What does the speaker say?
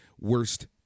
worst